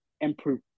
improve